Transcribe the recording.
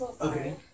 Okay